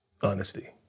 Honesty